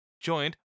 joined